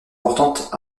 importantes